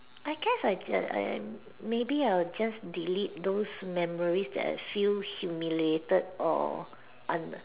I guess I just I I maybe I will just delete those memories that I feel humiliated or un~